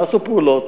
נעשו פעולות,